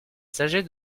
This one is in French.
sagesse